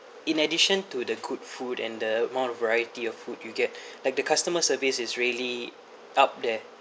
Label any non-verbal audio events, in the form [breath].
in addition to the good food and the amount of variety of food you get [breath] like the customer service is really up there